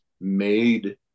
made